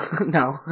No